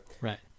Right